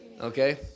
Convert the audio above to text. Okay